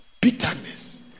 bitterness